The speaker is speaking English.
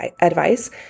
advice